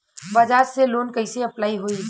बज़ाज़ से लोन कइसे अप्लाई होई?